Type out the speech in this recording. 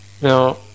Now